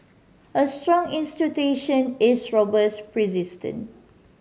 a strong institution is robust persistent